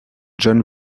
john